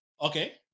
Okay